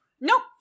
nope